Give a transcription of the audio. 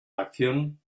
acción